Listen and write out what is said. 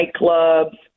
nightclubs